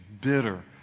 bitter